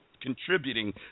contributing